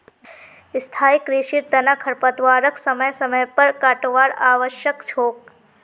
स्थाई कृषिर तना खरपतवारक समय समय पर काटवार आवश्यक छोक